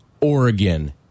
Oregon